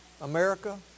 America